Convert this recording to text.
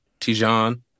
Tijan